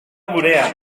gurea